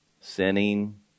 sinning